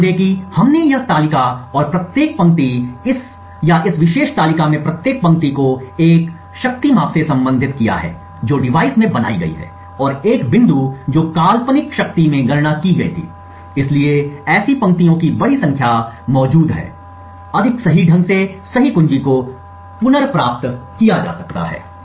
ध्यान दें कि हमने यह तालिका और प्रत्येक पंक्ति इस या इस विशेष तालिका में प्रत्येक पंक्ति को एक शक्ति माप से संबंधित है जो डिवाइस में बनाई गई है और एक बिंदु जो काल्पनिक शक्ति में गणना की गई थी इसलिए ऐसी पंक्तियों की बड़ी संख्या मौजूद है अधिक सही ढंग से सही कुंजी को पुनर्प्राप्त किया जा सकता है